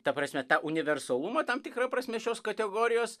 ta prasme tą universalumą tam tikra prasme šios kategorijos